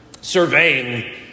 surveying